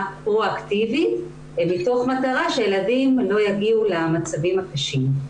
פרו-אקטיבית מתוך מטרה שילדים לא יגיעו למצבים הקשים.